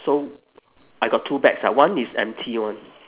so I got two bags ah one is empty [one]